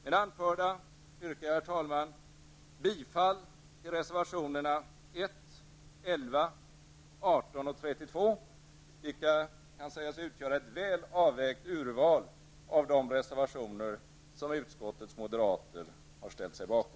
Med det anförda yrkare jag, herr talman, bifall till reservationerna 1, 11, 18 och 32, vilka kan sägas utgöra ett väl avvägt urval av de reservationer som utskottets moderater har ställt sig bakom.